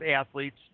athletes